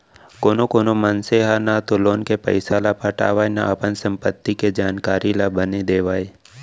कानो कोनो मनसे ह न तो लोन के पइसा ल पटावय न अपन संपत्ति के जानकारी ल बने देवय